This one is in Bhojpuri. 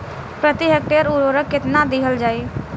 प्रति हेक्टेयर उर्वरक केतना दिहल जाई?